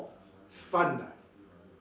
fun ah